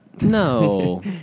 No